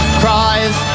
cries